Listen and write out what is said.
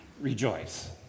rejoice